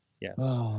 Yes